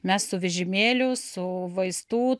mes su vežimėliu su vaistų